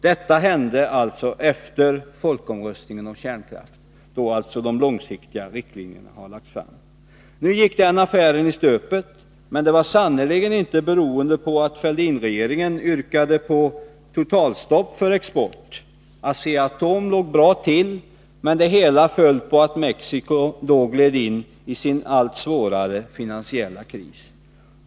Detta hände alltså efter folkomröstningen om kärnkraft, då de långsiktiga riktlinjerna hade lagts fast. Nu gick denna affär i stöpet, men det berodde sannerligen inte på att Fälldinregeringen yrkade på totalstopp för export. Asea-Atom låg bra till, men affären föll på att Mexico då gled in i sin allt svårare finansiella kris.